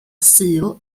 sul